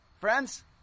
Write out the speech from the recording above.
friends